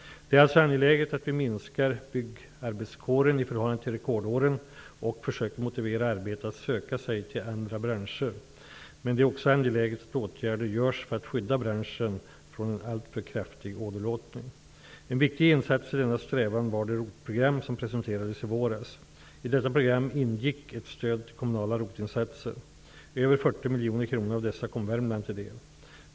Det är alltså angeläget att vi minskar byggarbetskåren i förhållande till rekordåren och försöker motivera arbetare att söka sig till andra branscher. Men det är också angeläget att åtgärder görs för att skydda branschen från en alltför kraftig åderlåtning. En viktig insats i denna strävan var det ROT program som presenterades i våras. I detta program ingick ett stöd till kommunala ROT-insatser. Över 40 miljoner kronor av dessa kom Värmland till del.